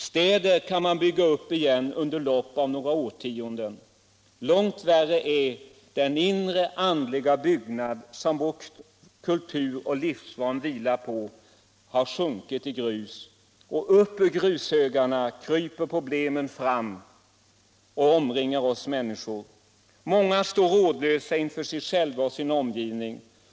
Städer kan man bygga upp igen under loppet av några årtionden. Långt värre är att den inre andliga byggnad som vår kultur och livsform vilar på har sjunkit i grus. Och upp ur grushögarna kryper problemen fram och omringar oss människor. Många står rådlösa inför sig själva och sin omgivning.